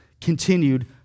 continued